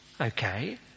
Okay